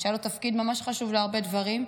היה לו תפקיד ממש חשוב בהרבה דברים,